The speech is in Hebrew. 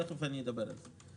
תיכף אדבר על זה.